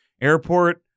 airport